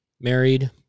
married